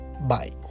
bye